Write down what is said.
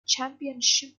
championship